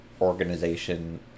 organization